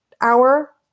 hour